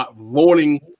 voting